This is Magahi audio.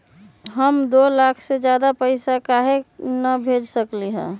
हम दो लाख से ज्यादा पैसा काहे न भेज सकली ह?